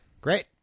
Great